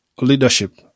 leadership